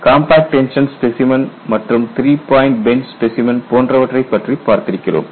compact tension specimen மற்றும் three point bend specimen போன்றவற்றை பற்றி பார்த்திருக்கிறோம்